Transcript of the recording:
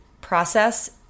process